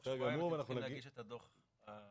תוך כמה זמן צריך להגיש את הדוח החדש?